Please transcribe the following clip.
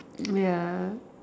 ya